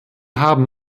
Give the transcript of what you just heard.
haben